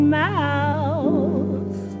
mouth